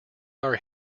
are